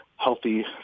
healthy